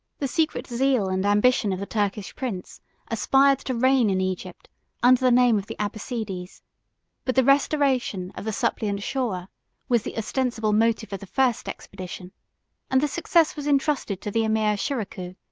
the secret zeal and ambition of the turkish prince aspired to reign in egypt under the name of the abbassides but the restoration of the suppliant shawer was the ostensible motive of the first expedition and the success was intrusted to the emir shiracouh,